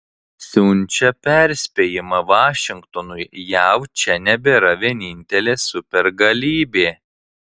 siunčia perspėjimą vašingtonui jav čia nebėra vienintelė supergalybė